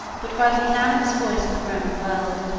but by the unanimous voice of the roman world.